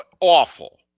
awful